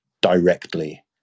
directly